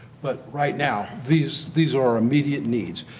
but right now, these these are immediate needs.